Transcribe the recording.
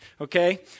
Okay